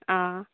आ